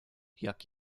jak